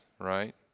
right